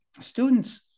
students